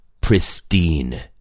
pristine